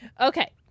Okay